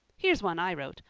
here's one i wrote.